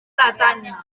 bretanya